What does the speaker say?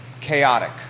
chaotic